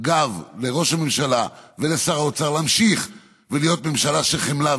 גב לראש הממשלה ולשר האוצר להמשיך ולהיות ממשלה של חמלה,